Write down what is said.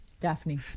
Daphne